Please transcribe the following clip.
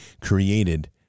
created